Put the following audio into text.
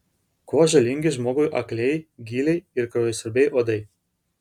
kuo žalingi žmogui akliai gyliai ir kraujasiurbiai uodai